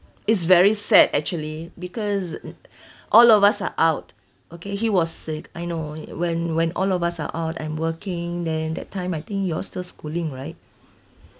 is very sad actually because all of us are out okay he was sick I know when when all of us are out and working then that time I think you all still schooling right